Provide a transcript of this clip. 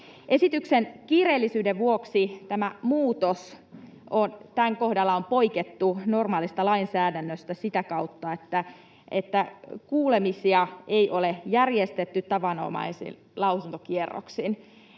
Esityksen kiireellisyyden vuoksi tämä muutos — tämän kohdalla on poikettu normaalista lainsäädännöstä sitä kautta, että kuulemisia ei ole järjestetty tavanomaisin lausuntokierroksin,